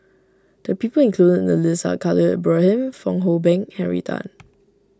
the people included in the list are Khalil Ibrahim Fong Hoe Beng Henry Tan